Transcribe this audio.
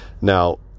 now